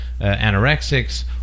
anorexics